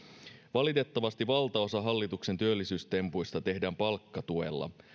valitettavasti valtaosa hallituksen työllisyystempuista tehdään palkkatuella